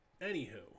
Anywho